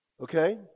Okay